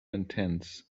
intense